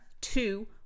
two